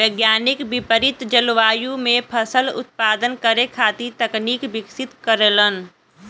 वैज्ञानिक विपरित जलवायु में फसल उत्पादन करे खातिर तकनीक विकसित करेलन